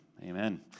Amen